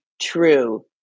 true